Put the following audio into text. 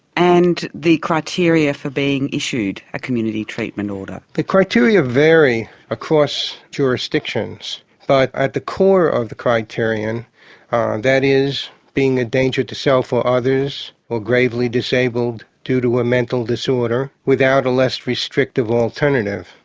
and the criteria for being issued a community treatment order? the criteria vary across jurisdictions but at the core of the criteria and that is being a danger to self or others, or gravely disabled due to a mental disorder without a less restrictive alternative.